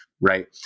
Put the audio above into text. Right